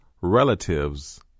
RELATIVES